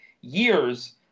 years